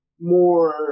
more